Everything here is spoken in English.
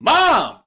Mom